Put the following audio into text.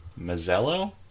Mazzello